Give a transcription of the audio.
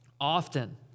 often